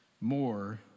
more